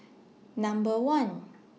Number one